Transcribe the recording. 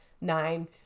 nine